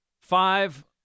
five